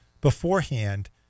beforehand